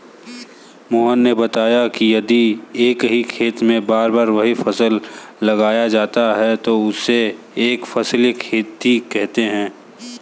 मोहन ने बताया कि यदि एक ही खेत में बार बार वही फसल लगाया जाता है तो उसे एक फसलीय खेती कहते हैं